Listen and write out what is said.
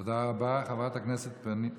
חברת הכנסת פנינה תמנו.